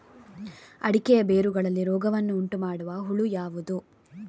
ಅಡಿಕೆಯ ಬೇರುಗಳಲ್ಲಿ ರೋಗವನ್ನು ಉಂಟುಮಾಡುವ ಹುಳು ಯಾವುದು?